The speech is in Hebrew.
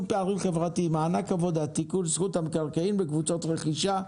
פערים חברתיים (מענק עבודה) (תיקון - זכות במקרקעין בקבוצת רכישה),